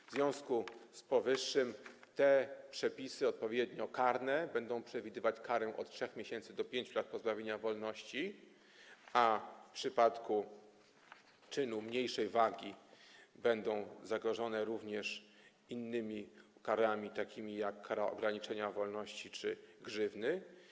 W związku z powyższym te przepisy karne będą przewidywać karę odpowiednio od 3 miesięcy do 5 lat pozbawienia wolności, a w przypadku czynu mniejszej wagi będą zagrożone również innymi karami, takimi jak kara ograniczenia wolności czy grzywny.